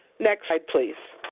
next slide, please.